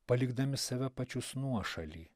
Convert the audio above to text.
palikdami save pačius nuošaly